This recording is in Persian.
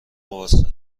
قرصه